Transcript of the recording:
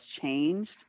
changed